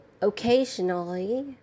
occasionally